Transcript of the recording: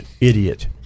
idiot